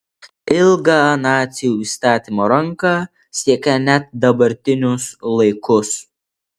ilga nacių įstatymo ranka siekia net dabartinius laikus